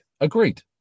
Agreed